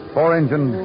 Four-engine